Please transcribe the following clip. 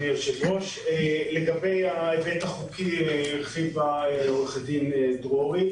לגבי ההיבט החוקי הרחיבה עורכת דין דרורי.